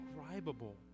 Describable